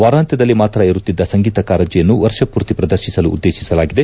ವಾರಾಂತ್ನದಲ್ಲಿ ಮಾತ್ರ ಇರುತ್ತಿದ್ದ ಸಂಗೀತ ಕಾರಂಜಿಯನ್ನು ವರ್ಷಪೂರ್ತಿ ಪ್ರದರ್ತಿಸಲು ಉದ್ದೇತಿಸಲಾಗಿದೆ